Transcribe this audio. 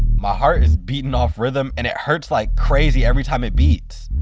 my heart is beating off rhythm, and it hurts like crazy every time it beats!